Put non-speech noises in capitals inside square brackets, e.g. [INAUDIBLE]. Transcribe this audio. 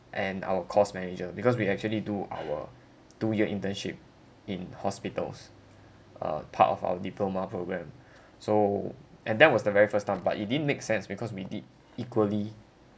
and our course manager because we actually do our two year internship in hospitals uh part of our diploma programme [BREATH] so and that was the very first time but it didn't make sense because we did equally